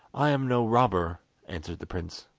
i am no robber answered the prince.